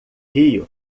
rio